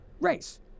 race